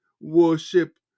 worship